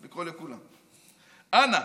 תרחף לקרוא לכולם: אנא,